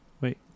Wait